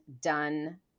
done